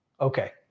okay